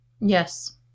Yes